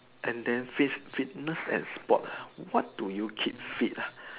and then fits fitness and sports ah what do you keep fit ah